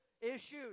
issues